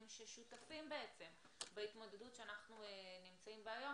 ששותפים בהתמודדות שאנחנו נמצאים בה היום,